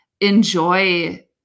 enjoy